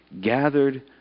gathered